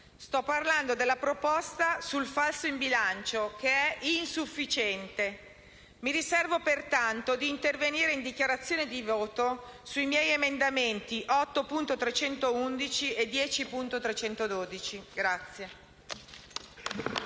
Sto parlando della proposta sul falso in bilancio, che è insufficiente. Anticipo che mi riservo di intervenire in dichiarazione di voto sui miei emendamenti 8.311 e 10.312.